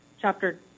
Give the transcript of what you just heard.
chapter